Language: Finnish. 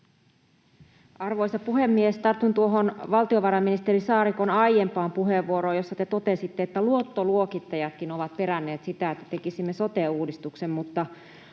Arvoisa puhemies! Tartun tuohon valtiovarainministeri Saarikon aiempaan puheenvuoroon, jossa te totesitte, että luottoluokittajatkin ovat peränneet sitä, että tekisimme sote-uudistuksen.